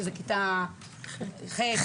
שזה כיתה ח',